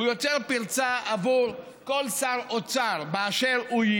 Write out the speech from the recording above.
הוא יוצר פרצה עבור כל שר אוצר באשר הוא,